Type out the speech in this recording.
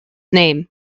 name